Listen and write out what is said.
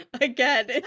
again